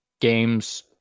games